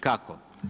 Kako?